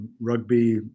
rugby